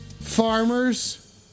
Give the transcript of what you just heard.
Farmers